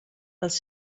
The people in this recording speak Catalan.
els